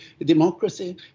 democracy